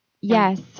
Yes